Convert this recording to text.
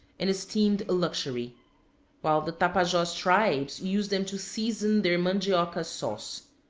and esteemed a luxury while the tapajos tribes use them to season their mandioca sauce.